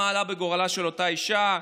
מה עלה בגורלה של אותה אישה,